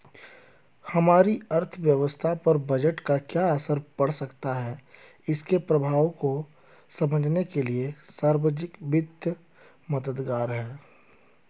हमारी अर्थव्यवस्था पर बजट का क्या असर पड़ सकता है इसके प्रभावों को समझने के लिए सार्वजिक वित्त मददगार है